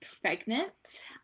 pregnant